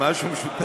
יש לנו משהו משותף.